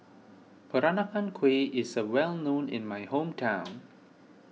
Peranakan Kueh is well known in my hometown